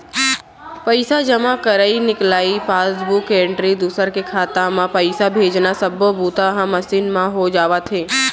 पइसा जमा करई, निकलई, पासबूक एंटरी, दूसर के खाता म पइसा भेजना सब्बो बूता ह मसीन म हो जावत हे